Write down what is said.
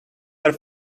are